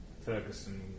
Ferguson